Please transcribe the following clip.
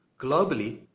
Globally